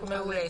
מעולה.